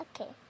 Okay